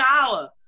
dollar